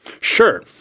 Sure